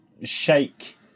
shake